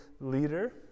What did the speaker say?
leader